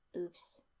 Oops